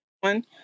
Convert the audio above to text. one